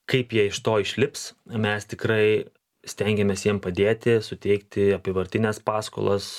kaip jie iš to išlips mes tikrai stengiamės jiem padėti suteikti apyvartines paskolas